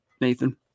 Nathan